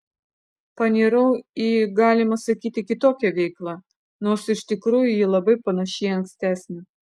panirau į galima sakyti kitokią veiklą nors iš tikrųjų ji labai panaši į ankstesnę